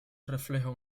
reflejo